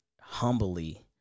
humbly